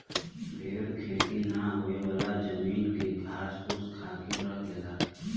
भेड़ खेती ना होयेवाला जमीन के घास फूस खाके रह लेला